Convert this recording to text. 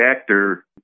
actor